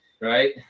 right